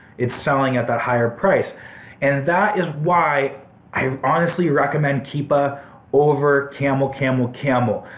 it's selling at that higher price and that is why i honestly recommend keepa over camel camel camel.